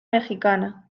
mexicana